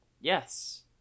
Yes